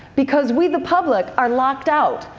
because we the public are locked out.